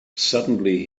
suddenly